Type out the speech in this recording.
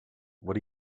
what